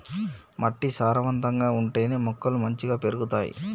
మట్టి సారవంతంగా ఉంటేనే మొక్కలు మంచిగ పెరుగుతాయి